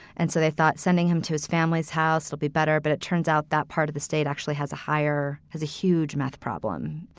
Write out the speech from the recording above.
and so they thought sending him to his family's house will be better. but it turns out that part of the state actually has a higher has a huge math problem.